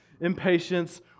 impatience